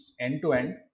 end-to-end